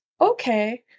okay